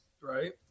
Right